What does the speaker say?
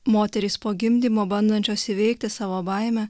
moterys po gimdymo bandančios įveikti savo baimę